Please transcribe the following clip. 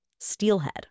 Steelhead